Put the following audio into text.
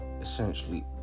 essentially